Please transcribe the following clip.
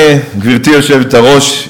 גברתי היושבת-ראש,